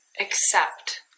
accept